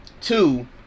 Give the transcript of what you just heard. Two